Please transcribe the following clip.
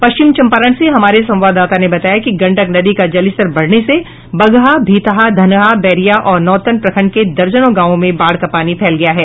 पश्चिम चंपारण से हमारे संवाददाता ने बताया कि गंडक नदी का जलस्तर बढ़ने से बगहा भीतहा धनहा बैरिया और नौतन प्रखंड के दर्जनों गांवों में बाढ़ का पानी फैल गया है